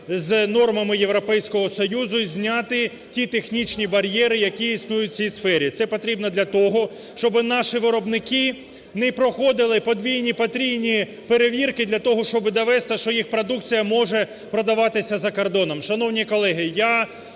з нормами Європейського Союзу і зняти ті технічні бар'єри, які існують в цій сфері. Це потрібно для того, щоб наші виробники не проходили подвійні, потрійні перевірки для того, щоб довести, що їх продукція може продаватись за кордоном. Шановні колеги, я,